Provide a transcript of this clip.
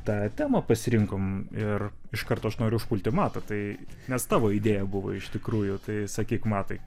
tą temą pasirinkome ir iš karto aš noriu užpulti matą tai nes tavo idėja buvo iš tikrųjų tai sakyk matai